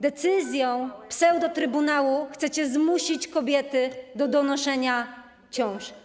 Decyzją pseudotrybunału chcecie zmusić kobiety do donoszenia ciąż.